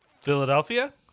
Philadelphia